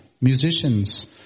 Musicians